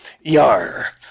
Yar